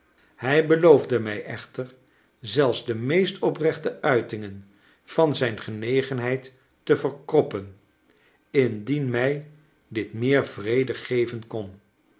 hij beloofde mij echter zelfs de meest oprechte uitingen van zijn genegenheid te verkroppen indien mij dit meer vrede geven kon